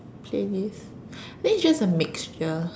playlist I think it's just the mixture